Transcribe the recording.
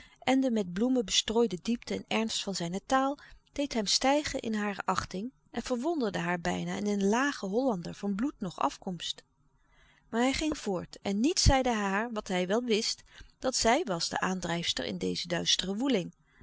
en de met bloemen bestrooide diepte en ernst van zijne taal deed hem stijgen in hare achting en verwonderde haar bijna in een lagen hollander van bloed noch afkomst maar hij ging voort en niet zeide hij haar wat hij wel wist dat zij was de aandrijfster in deze duistere woeling